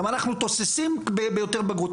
גם אנחנו תוססים ביותר בגרות.